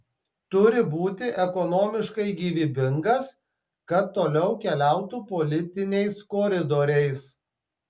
turi būti ekonomiškai gyvybingas kad toliau keliautų politiniais koridoriais